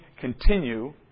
continue